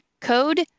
code